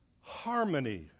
harmony